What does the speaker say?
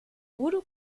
voodoo